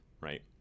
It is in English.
right